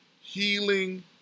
healing